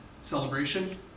celebration